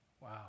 Wow